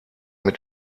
mit